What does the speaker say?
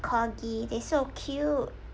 corgy they're so cute